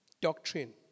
Doctrine